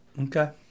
Okay